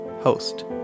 Host